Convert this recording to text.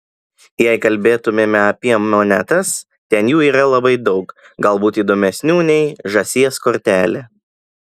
jei kalbėtumėme apie monetas ten jų yra labai daug galbūt įdomesnių nei žąsies kortelė